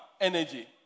energy